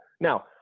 Now